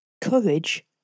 Courage